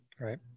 right